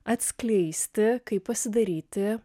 atskleisti kaip pasidaryti